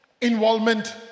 involvement